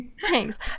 Thanks